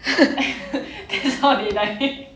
that's how they die